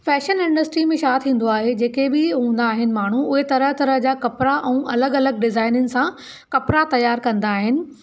fashion industry मे छा थींदो आहे जेके बि हूंदा आहिनि माण्हूं उहे तरह तरह जा कपिड़ा ऐं अलॻि अलॻि डिजाईनीनि सा कपिड़ा तयार कंदा आहिनि